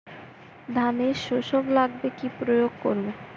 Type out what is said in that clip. ধানের শোষক লাগলে কি প্রয়োগ করব?